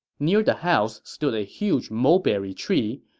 near the house stood a huge mulberry tree,